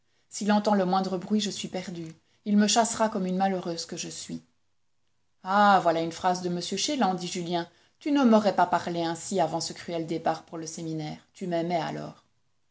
s'il entend le moindre bruit je suis perdue il me chassera comme une malheureuse que je suis ah voilà une phrase de m chélan dit julien tu ne m'aurais pas parlé ainsi avant ce cruel départ pour le séminaire tu m'aimais alors